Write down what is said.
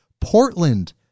Portland